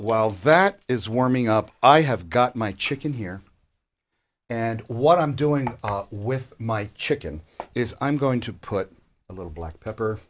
while that is warming up i have got my chicken here and what i'm doing with my chicken is i'm going to put a little black pepper